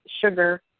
sugar